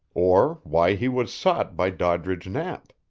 or why he was sought by doddridge knapp.